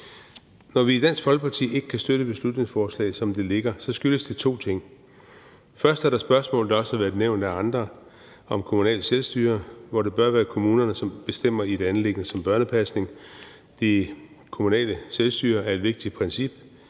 Når vi i Dansk Folkeparti ikke kan støtte beslutningsforslaget, som det ligger, skyldes det to ting. Først er der det spørgsmål, der også har været nævnt af andre, om kommunalt selvstyre, hvor det bør være kommunerne, som bestemmer i et anliggende som børnepasning. Det kommunale selvstyre er et vigtigt princip,